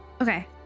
okay